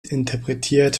interpretiert